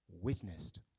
witnessed